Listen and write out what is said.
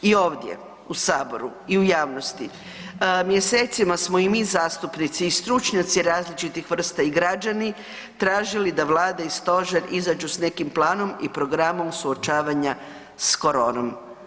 I ovdje u Saboru, i u javnosti, mjesecima smo i mi zastupnici i stručnjaci različitih vrsta i građani, tražili da Vlada i stožer izađu sa nekim planom i programom suočavanja s koronom.